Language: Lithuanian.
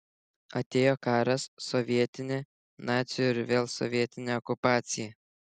atėjo karas sovietinė nacių ir vėl sovietinė okupacija